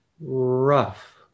rough